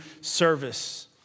service